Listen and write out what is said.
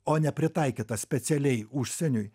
o ne pritaikyta specialiai užsieniui